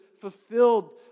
fulfilled